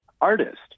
artist